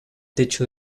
techo